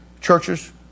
churches